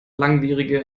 langwierige